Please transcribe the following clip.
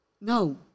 No